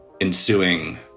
ensuing